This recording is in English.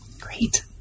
Great